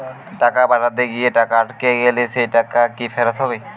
টাকা পাঠাতে গিয়ে টাকা আটকে গেলে সেই টাকা কি ফেরত হবে?